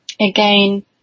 Again